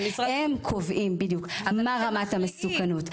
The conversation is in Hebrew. והם קובעים מהי רמת המסוכנות.